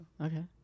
Okay